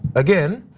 again,